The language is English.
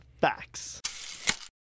facts